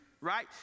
right